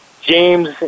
James